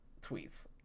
tweets